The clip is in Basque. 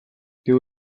diru